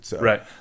Right